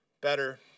better